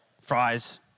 Fries